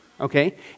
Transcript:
Okay